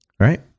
Right